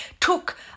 took